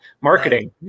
Marketing